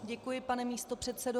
Děkuji, pane místopředsedo.